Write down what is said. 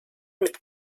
mit